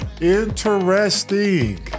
Interesting